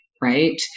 right